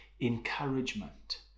encouragement